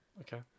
Okay